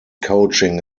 coaching